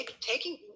Taking –